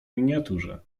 miniaturze